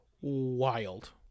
wild